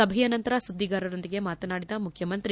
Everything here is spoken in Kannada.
ಸಭೆಯ ನಂತರ ಸುಧಿಗಾರರೊಂದಿಗೆ ಮಾತನಾಡಿದ ಮುಖ್ಯಮಂತ್ರಿ